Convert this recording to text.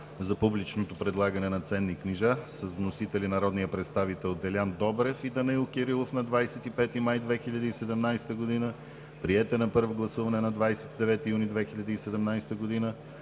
за публичното предлагане на ценни книжа. Вносители са народният представител Делян Добрев и Данаил Кирилов на 25 май 2017 г. Приет е на първо гласуване на 29 юни 2017 г.